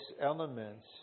elements